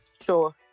sure